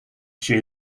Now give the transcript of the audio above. she